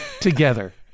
together